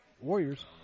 Warriors